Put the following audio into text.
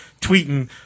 tweeting